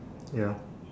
ya